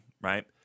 right